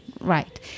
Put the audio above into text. right